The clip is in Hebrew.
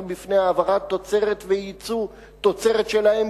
בפני העברת תוצרת וייצוא תוצרת שלהם,